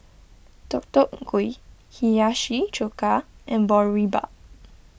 Deodeok Gui Hiyashi Chuka and Boribap